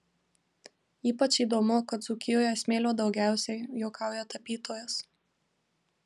ypač įdomu kad dzūkijoje smėlio daugiausiai juokauja tapytojas